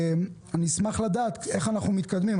אשמח לדעת איך אנחנו מתקדמים.